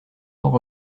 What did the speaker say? temps